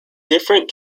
different